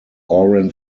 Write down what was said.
oran